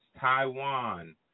Taiwan